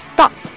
Stop